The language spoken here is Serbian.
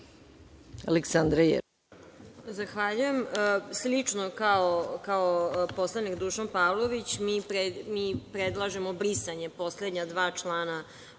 Aleksandra Jerkov.